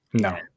No